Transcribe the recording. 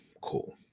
Cool